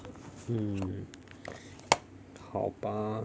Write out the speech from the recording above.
hmm 好吧